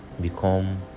become